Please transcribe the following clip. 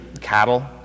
Cattle